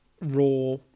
raw